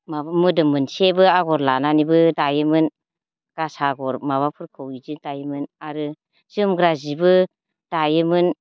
माबा मोदोम मोनसेबो आगर लानानैबो दायोमोन गासा आगर माबाफोरखौ बिदि दायोमोन आरो जोमग्रा सिबो दायोमोन